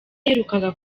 yaherukaga